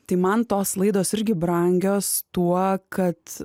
tai man tos laidos irgi brangios tuo kad